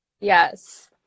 yes